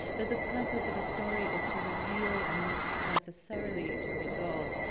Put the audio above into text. that the purpose of a story is to reveal and not necessarily to resolve.